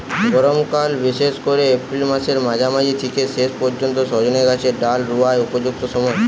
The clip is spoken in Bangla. গরমকাল বিশেষ কোরে এপ্রিল মাসের মাঝামাঝি থিকে শেষ পর্যন্ত সজনে গাছের ডাল রুয়ার উপযুক্ত সময়